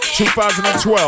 2012